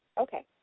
okay